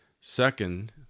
Second